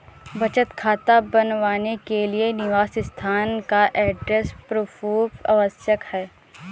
बचत खाता बनवाने के लिए निवास स्थान का एड्रेस प्रूफ आवश्यक है